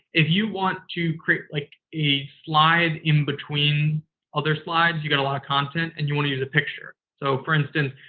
if you want to create like a slide in between other slides, you got a lot of content, and you want to use a picture. so, for instance,